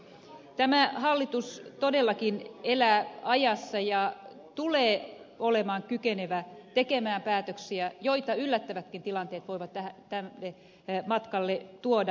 tämä hallitus todellakin elää ajassa ja tulee olemaan kykenevä tekemään päätöksiä joita yllättävätkin tilanteet voivat matkalle tuoda